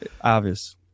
obvious